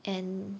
and